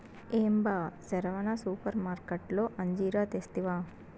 ఏం బా సెరవన సూపర్మార్కట్లో అంజీరా తెస్తివా